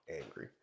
angry